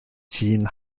jin